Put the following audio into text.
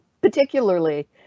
particularly